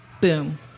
boom